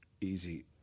easy